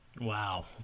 Wow